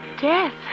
Death